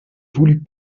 voulut